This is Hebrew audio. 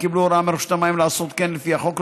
וקיבלו הוראה מרשות המים לעשות כן לפי החוק,